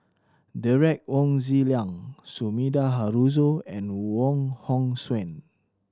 Derek Wong Zi Liang Sumida Haruzo and Wong Hong Suen